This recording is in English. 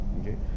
okay